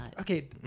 Okay